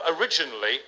originally